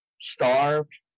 starved